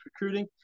recruiting